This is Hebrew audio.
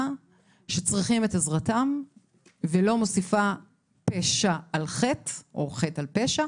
שצריכים את עזרתה ולא מוסיפה פשע על חטא או חטא על פשע